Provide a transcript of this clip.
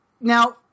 Now